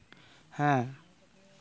ᱦᱮᱸ